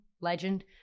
legend